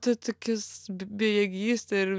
ta tokias be bejėgystė ir